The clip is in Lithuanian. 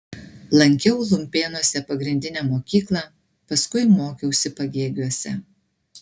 lankiau lumpėnuose pagrindinę mokyklą paskui mokiausi pagėgiuose